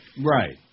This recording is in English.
Right